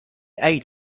eight